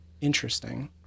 interesting